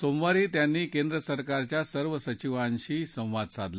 सोमवारी त्यांनी केंद्रसरकारच्या सर्व सचिवांशी संवाद साधला